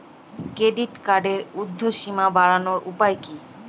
Credit কার্ডের উর্ধ্বসীমা বাড়ানোর উপায় কি?